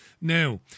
Now